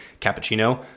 cappuccino